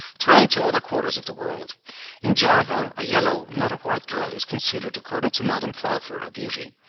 turning to other quarters of the world in java, a yellow, not a white girl, is considered, according to madame pfeiffer, a beauty.